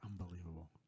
unbelievable